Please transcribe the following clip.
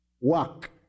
work